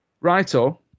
Righto